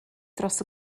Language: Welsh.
dros